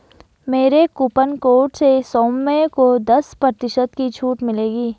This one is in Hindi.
मेरे कूपन कोड से सौम्य को दस प्रतिशत की छूट मिलेगी